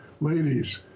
ladies